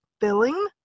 filling